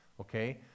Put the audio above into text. okay